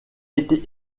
étaient